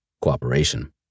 cooperation